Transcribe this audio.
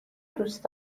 دوست